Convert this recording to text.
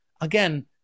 again